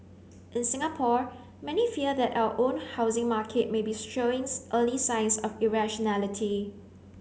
in Singapore many fear that our own housing market may be showing early signs of irrationality